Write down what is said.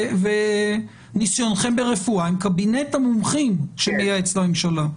וניסיונכם ברפואה עם קבינט המומחים שמייעץ לממשלה.